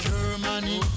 Germany